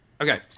Okay